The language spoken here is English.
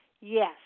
Yes